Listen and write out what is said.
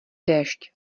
déšť